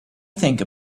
think